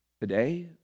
Today